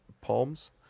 palms